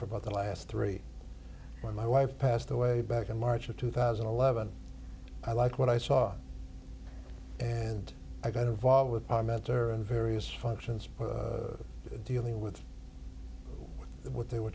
for both the last three where my wife passed away back in march of two thousand and eleven i like what i saw and i got involved with various functions were dealing with what they were